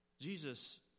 Jesus